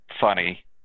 funny